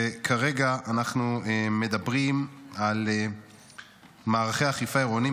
וכרגע אנחנו מדברים על מערכי אכיפה עירוניים